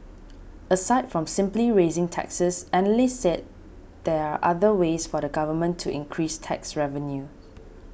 aside from simply raising taxes analysts said there are other ways for the Government to increase tax revenues